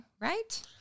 right